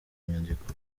nyandiko